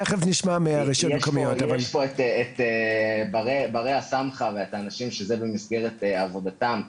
יש פה את ברי הסמכא ואת האנשים שזה במסגרת עבודתם.